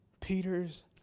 Peter's